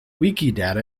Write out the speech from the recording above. wikidata